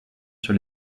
sur